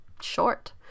short